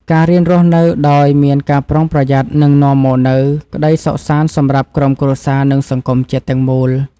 ការរៀនរស់នៅដោយមានការប្រុងប្រយ័ត្ននឹងនាំមកនូវក្តីសុខសាន្តសម្រាប់ក្រុមគ្រួសារ និងសង្គមជាតិទាំងមូល។